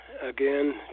again